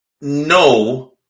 No